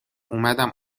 اومدم